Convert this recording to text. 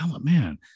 Man